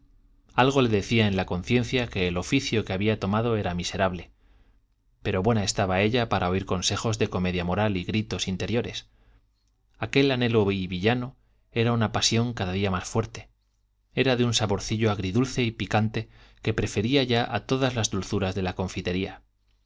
algo le decía en la conciencia que el oficio que había tomado era miserable pero buena estaba ella para oír consejos de comedia moral y gritos interiores aquel anhelo villano era una pasión cada día más fuerte era de un saborcillo agridulce y picante que prefería ya a todas las dulzuras de la confitería